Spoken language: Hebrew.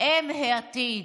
הם העתיד.